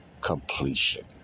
completion